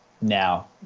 now